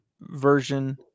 version